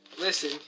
Listen